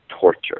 torture